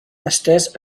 estès